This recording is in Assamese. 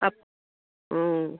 আপ অঁ